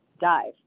dive